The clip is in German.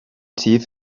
tief